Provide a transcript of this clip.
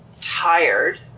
tired